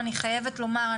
אני חייבת לומר,